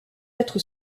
être